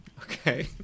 okay